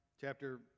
chapter